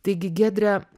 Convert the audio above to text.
taigi giedre